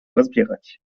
rozbierać